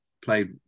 played